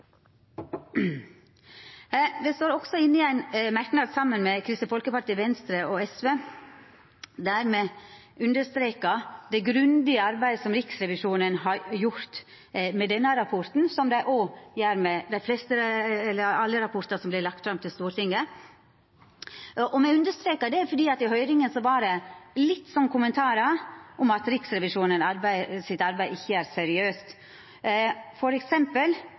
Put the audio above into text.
står også inne i ein merknad saman med Kristeleg Folkeparti, Venstre og SV der me understrekar det grundige arbeidet som Riksrevisjonen har gjort med denne rapporten, som dei òg gjer med alle rapportar som vert lagde fram for Stortinget. Me understrekar det fordi i høyringa vart det kommentert litt om at Riksrevisjonens arbeid ikkje er seriøst.